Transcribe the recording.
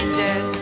dead